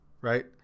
right